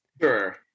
Sure